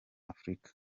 africa